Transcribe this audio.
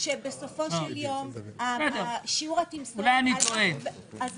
בסופו של יום שיעור התמסורת,